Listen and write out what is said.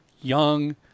young